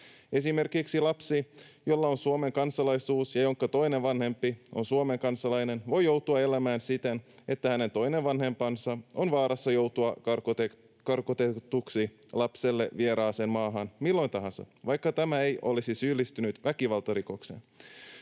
Esimerkiksi lapsi, jolla on Suomen kansalaisuus ja jonka toinen vanhempi on Suomen kansalainen, voi joutua elämään siten, että hänen toinen vanhempansa on vaarassa joutua karkotetuksi lapselle vieraaseen maahan milloin tahansa, vaikka tämä ei olisi syyllistynyt väkivaltarikokseen.